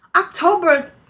October